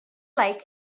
like